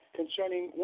concerning